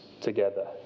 together